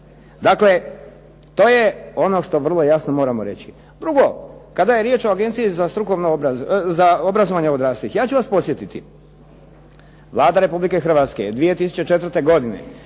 Dakle, to je ono što vrlo jasno moramo reći. Drugo, kada je riječ o Agenciji za obrazovanje odraslih ja ću vas podsjetiti, Vlada Republike Hrvatske je 2004. godine